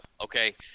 Okay